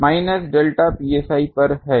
यह minus delta psi पर है